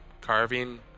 carving